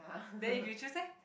then if you choose eh